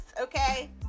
okay